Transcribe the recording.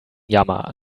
jammer